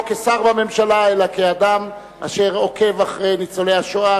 לא כשר בממשלה אלא כאדם אשר עוקב אחרי ניצולי השואה,